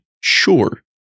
sure